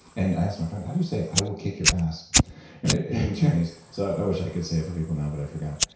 and i asked my friend, how do you say, i will kick your ass in chinese? so i wish i could say it for people now, but i forgot.